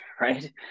Right